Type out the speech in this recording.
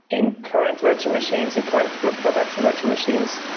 in current virtual machines, in current but production virtual machines,